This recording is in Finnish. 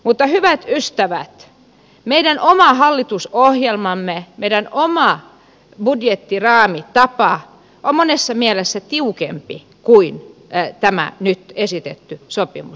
mutta hyvät ystävät meidän oma hallitusohjelmamme meidän oma budjettiraamitapamme on monessa mielessä tiukempi kuin tämä nyt esitetty sopimus